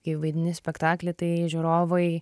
kai vaidini spektakly tai žiūrovai